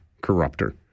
corrupter